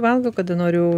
valgau kada noriu